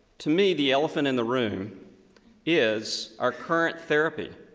to me, the elephant in the room is our current therapy.